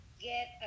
get